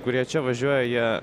kurie čia važiuoja jie